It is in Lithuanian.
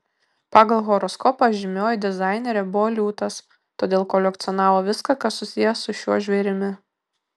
pagal horoskopą žymioji dizainerė buvo liūtas todėl kolekcionavo viską kas susiję su šiuo žvėrimi